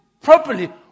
properly